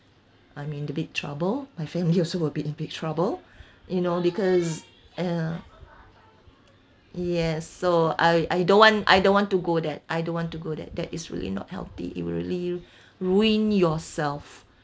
I'm in a big trouble my family also will be in big trouble you know because uh yes so I I don't want I don't want to go there I don't want to go there that is really not healthy it will really ruin yourself